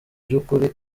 by’ukuri